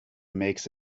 makes